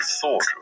thought